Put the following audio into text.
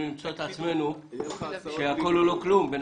למצוא את עצמנו במצב של הכול או לא כלום.